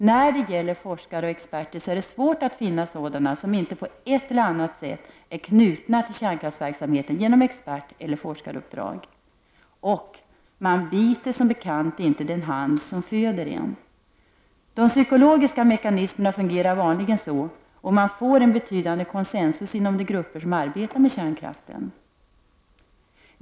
När det gäller forskare och experter är det svårt att finna sådana som inte på ett eller annat sätt är knutna till kärnkraftsverksamheten genom experteller forskaruppdrag. Man biter, som bekant, inte den hand som föder en. De psykologiska mekanismerna fungerar vanligen så, och man får en betydande konsensus inom de grupper som arbetar med kärnkraften.